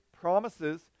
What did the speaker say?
promises